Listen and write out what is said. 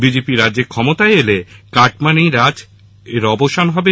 BJP রাজ্যে ক্ষমতায় এলে কাটমানি রাজের অবসান হবে